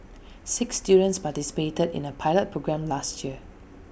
six students participated in A pilot programme last year